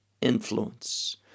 influence